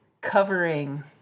covering